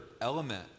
element